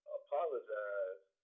apologize